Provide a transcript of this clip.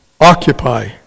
occupy